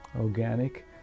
organic